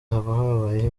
habayeho